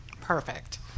Perfect